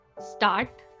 Start